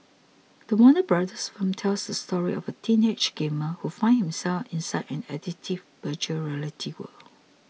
the Warner Bros film tells the story of a teenage gamer who finds himself inside an addictive Virtual Reality world